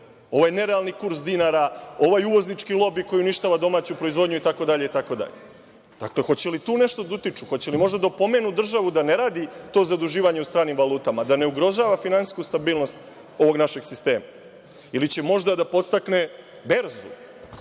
Ovaj nerealni kurs dinara, ovaj uvoznički lobi koji uništava domaću proizvodnju, itd. Dakle, hoće li tu da nešto utiču? Hoće li možda da pomenu državu da ne radi to zaduživanje u stranim valutama, da ne ugrožava finansijsku stabilnost ovog našeg sistema ili će možda da podstakne berzu